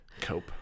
Cope